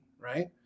right